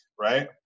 right